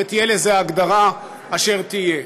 תהיה ההגדרה אשר תהיה.